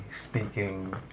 speaking